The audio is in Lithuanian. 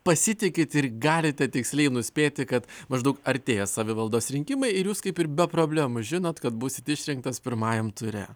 pasitikit ir galite tiksliai nuspėti kad maždaug artėja savivaldos rinkimai ir jūs kaip ir be problemų žinot kad būsit išrinktas pirmajame ture